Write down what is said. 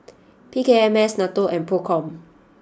P K M S Nato and Procom